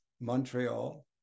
Montreal